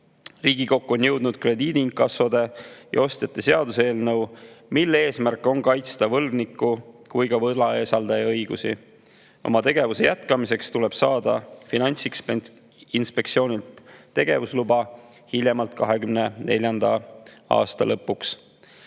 Riigikokku on jõudnud krediidiinkassode ja ‑ostjate seaduse eelnõu, mille eesmärk on kaitsta nii võlgniku kui ka võlausaldaja õigusi. Tegevuse jätkamiseks tuleb saada Finantsinspektsioonilt tegevusluba hiljemalt 2024. aasta lõpuks.